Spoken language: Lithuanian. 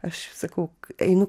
aš sakau einu